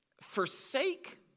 forsake